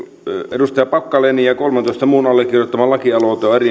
edustaja packalenin ja kolmentoista muun allekirjoittama lakialoite on